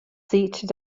seated